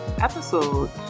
episode